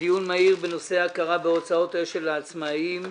דיון מהיר בנושא הכרה בהוצאות אש"ל לעצמאים,